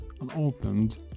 unopened